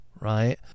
right